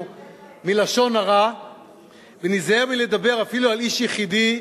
מלשון הרע וניזהר מלדבר אפילו על איש יחידי,